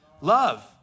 Love